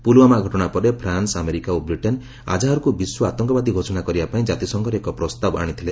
ପୁଲୱାମା ଘଟଣା ପରେ France America ଓ ବ୍ରିଟେନ୍ ଆକାହରକୁ ବିଶ୍ୱ ଆତଙ୍କବାଦୀ ଘୋଷଣା କରିବା ପାଇଁ ଜାତିସଂଘରେ ଏକ ପ୍ରସ୍ତାବ ଆଣିଥିଲେ